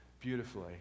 beautifully